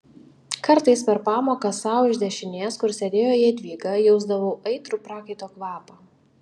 kartais per pamoką sau iš dešinės kur sėdėjo jadvyga jausdavau aitrų prakaito kvapą